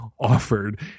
offered